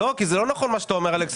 לא נכון מה שאתה אומר, אלכס.